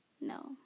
no